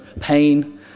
pain